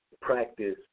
practice